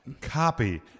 Copy